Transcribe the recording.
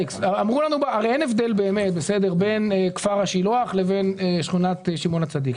הרי אין הבדל באמת בין כפר השילוח לבין שכונת שמעון הצדיק.